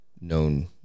known